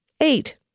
Eight